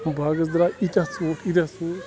باغَس درٛاے ییٖتیٛاہ ژوٗنٛٹھۍ ییٖتیٛاہ ژوٗنٛٹھۍ